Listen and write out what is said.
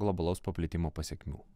globalaus paplitimo pasekmių